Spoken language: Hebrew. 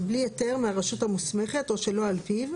בלי היתר מהרשות המוסמכת או שלא על פיו,